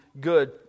good